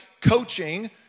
Coaching